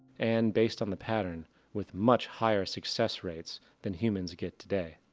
and based on the pattern with much higher success rates than humans get today.